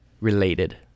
related